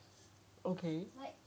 okay